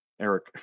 Eric